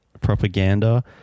propaganda